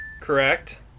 correct